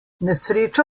nesreča